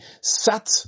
sat